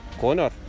Connor